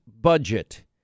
budget